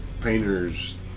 painters